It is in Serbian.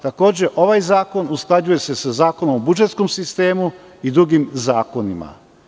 Takođe ovaj zakon se usklađuje sa Zakonom o budžetskom sistemu i drugim zakonima.